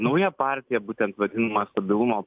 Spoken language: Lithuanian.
nauja partija būtent vadinama stabilumo